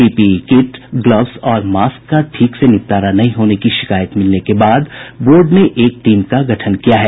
PPE kit gloves और mask का ठीक से निपटारा नहीं होने की शिकायत मिलने के बाद बोर्ड ने एक टीम का गठन किया है